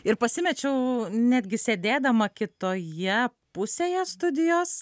ir pasimečiau netgi sėdėdama kitoje pusėje studijos